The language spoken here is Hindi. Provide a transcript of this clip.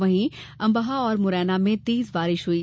वहीं अंबहा और मुरैना में तेज बारिश हुई